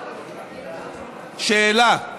שאלה: